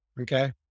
okay